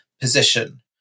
position